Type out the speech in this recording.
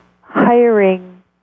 hiring